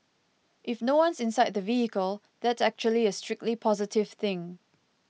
if no one's inside the vehicle that's actually a strictly positive thing